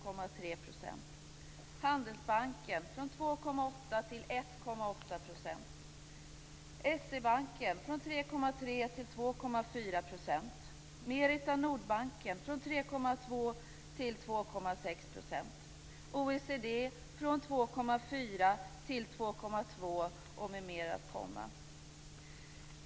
OECD: Från 2,4 % till 2,2 %, och mer kommer.